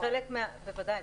בוודאי.